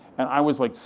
and i was like,